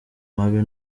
mabi